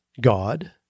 God